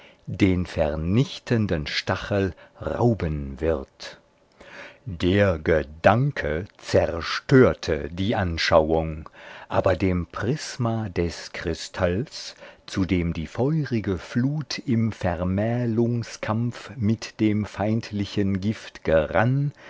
den vernichtenden stachel rauben wird der gedanke zerstörte die anschauung aber dem prisma des kristalls zu dem die feurige flut im vermählungskampf mit dem feindlichen gift